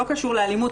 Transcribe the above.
לא קשור לאלימות.